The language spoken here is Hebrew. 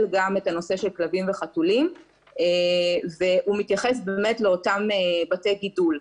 גם את הנושא של כלבים וחתולים והוא מתייחס באמת לאותם בתי גידול.